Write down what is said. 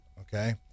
Okay